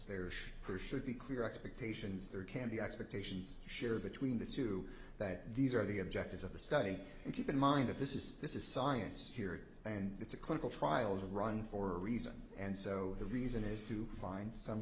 there should be clear expectations there can be expectations shared between the two that these are the objectives of the study and keep in mind that this is this is science theory and it's a clinical trials run for a reason and so the reason is to find some